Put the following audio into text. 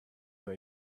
know